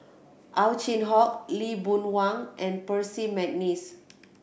Ow Chin Hock Lee Boon Wang and Percy McNeice